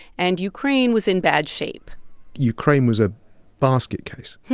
and ukraine was in bad shape ukraine was a basket case.